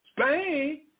Spain